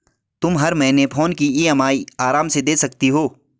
तुम हर महीने फोन की ई.एम.आई आराम से दे सकती हो